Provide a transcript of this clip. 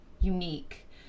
unique